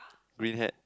green hat